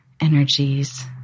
energies